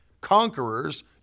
Conquerors